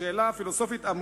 שאלה פילוסופית.